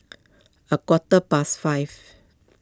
a quarter past five